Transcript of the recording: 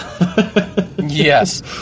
Yes